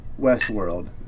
Westworld